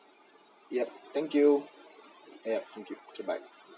yup thank you yeah thank you okay bye